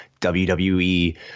WWE